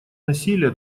насилия